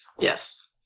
Yes